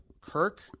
Kirk